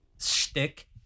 shtick